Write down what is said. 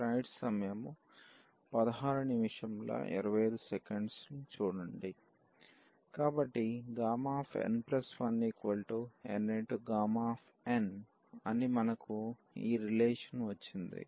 కాబట్టి n1nΓn అని మనకు ఈ రిలేషన్ వచ్చింది